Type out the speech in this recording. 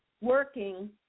working